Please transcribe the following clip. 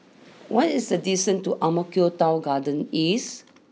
what is the distance to Ang Mo Kio Town Garden East